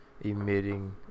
emitting